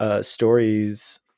stories